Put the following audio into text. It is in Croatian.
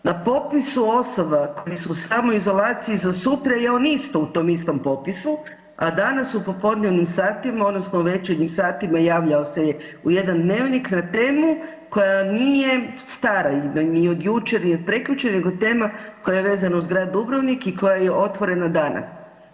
Na popisu osoba koji su u samoizolaciji za sutra je on isto u tom istom popisu, a danas u popodnevnim satima odnosno u večernjim satima javljao se je u jedan dnevnik na temu koja nije stara, ni od jučer, ni od prekjučer nego tema koja je vezana uz grad Dubrovnik koja je otvorena danas.